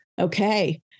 okay